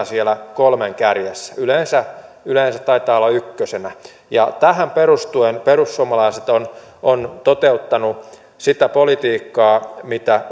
siellä kolmen kärjessä yleensä yleensä taitaa olla ykkösenä tähän perustuen perussuomalaiset on on toteuttanut sitä politiikkaa mitä